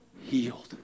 healed